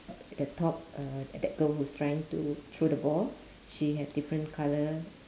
the top uh that girl who's trying to throw the ball she has different colour